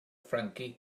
frankie